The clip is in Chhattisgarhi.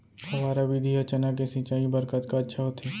फव्वारा विधि ह चना के सिंचाई बर कतका अच्छा होथे?